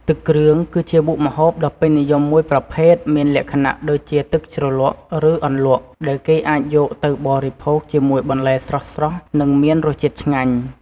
ទឹកគ្រឿង គឺជាមុខម្ហូបដ៏ពេញនិយមមួយប្រភេទមានលក្ខណៈដូចជាទឹកជ្រលក់ ឬអន្លក់ ដែលគេអាចយកទៅបរិភោគជាមួយបន្លែស្រស់ៗ និងមានរសជាតិឆ្ងាញ់។